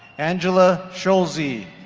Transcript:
angela shulzy